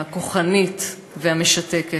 הכוחנית והמשתקת.